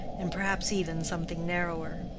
and perhaps even something narrower.